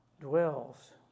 dwells